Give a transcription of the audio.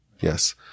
Yes